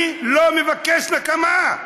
אני לא מבקש נקמה.